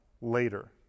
later